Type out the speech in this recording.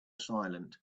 silent